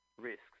risks